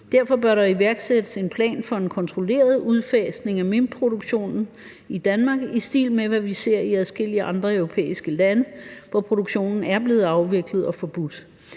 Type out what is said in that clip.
derfor bør der iværksættes en plan for en kontrolleret udfasning af minkproduktionen i Danmark i stil med, hvad vi ser i adskillige andre euroæiske lande, hvor produktionen er blevet afviklet og forbudt.